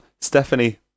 Stephanie